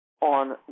On